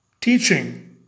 teaching